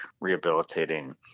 rehabilitating